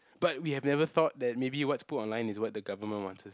but we have never thought that maybe what's put online is what the government wants us